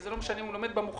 ולא משנה אם הוא לומד במוכש"ר,